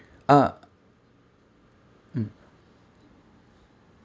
uh mm